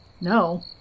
No